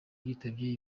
yitabye